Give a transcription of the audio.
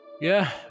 Yeah